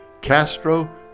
Castro